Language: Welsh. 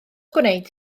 gwneud